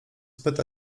pyta